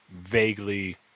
vaguely